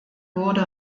wurde